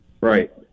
Right